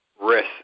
risk